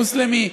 ערבי מוסלמי,